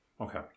Okay